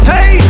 Hey